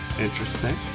Interesting